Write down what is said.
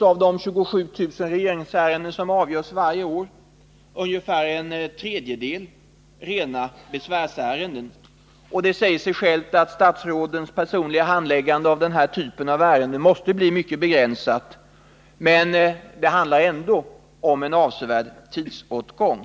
Av de 27 000 regeringsärenden som avgörs varje år är i dag ungefär en tredjedel rena besvärsärenden, och det säger sig självt att statsrådens personliga handläggande av denna typ av ärenden måste bli mycket begränsat, men det handlar ändå om en avsevärd tidsåtgång.